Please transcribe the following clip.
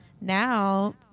now